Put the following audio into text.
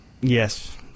yes